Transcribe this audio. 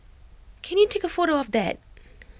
can you take A photo of that